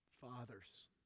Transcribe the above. Fathers